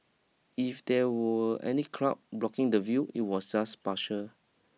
if there were any cloud blocking the view it was just partial